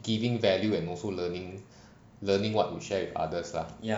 giving value and also learning learning what we share with others lah